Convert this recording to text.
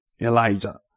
Elijah